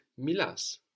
milas